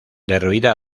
derruida